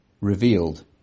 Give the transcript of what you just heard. revealed